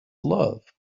love